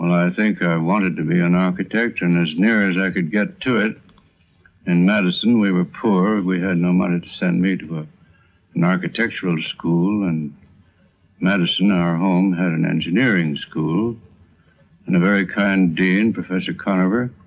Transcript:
i think i wanted to be an architect and as near as i could get to it in madison we were poor, we had no money to send me to ah an architectural school and madison, our home, had an engineering school and a very kind dean, professor conover,